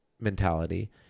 mentality